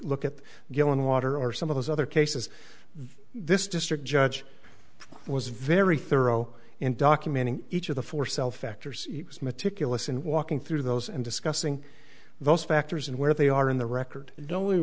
look at gilling water or some of those other cases this district judge was very thorough in documenting each of the four cell factors meticulous in walking through those and discussing those factors and where they are in the record do